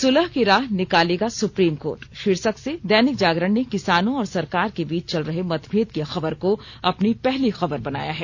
सुलह की राह निकालेगा सुप्रीम कोर्ट शीर्षक से दैनिक जागरण ने किसानों और सरकार के बीच चल रहे मतभेद की खबर को अपनी पहली खबर बनाया है